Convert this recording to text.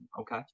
okay